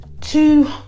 two